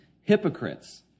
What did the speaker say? hypocrites